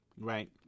right